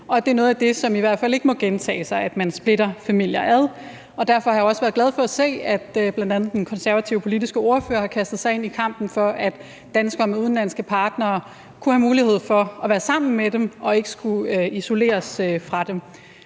og at noget af det, som i hvert fald ikke må gentage sig, er, at man splitter familier ad. Derfor har jeg også været glad for at se, at bl.a. den konservative politiske ordfører har kastet sig ind i kampen for, at danskere med udenlandske partnere skulle have mulighed for at være sammen med dem og ikke skulle isoleres fra dem.